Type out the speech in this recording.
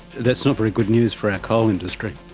that's not very good news for our coal industry.